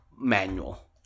manual